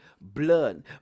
blood